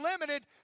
limited